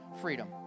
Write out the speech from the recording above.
freedom